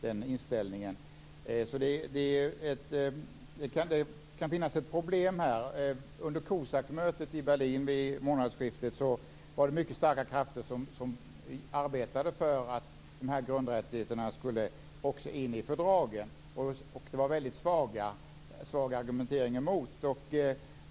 Det kan alltså finnas ett problem här. Under COSAC-mötet i Berlin vid månadsskiftet var det mycket starka krafter som arbetade för att de här grundrättigheterna också skulle in i fördragen. Det var svag argumentering emot.